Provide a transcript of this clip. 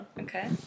okay